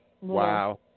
Wow